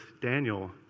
Daniel